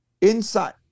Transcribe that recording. inside